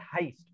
heist